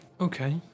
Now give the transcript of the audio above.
Okay